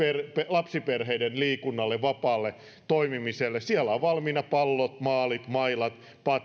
lapsiperheiden liikunnalle vapaalle toimimiselle siellä ovat valmiina pallot maalit mailat